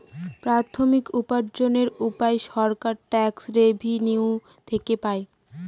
প্রাথমিক উপার্জনের উপায় সরকার ট্যাক্স রেভেনিউ থেকে পাই